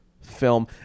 film